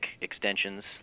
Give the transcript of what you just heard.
extensions